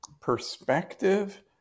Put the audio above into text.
perspective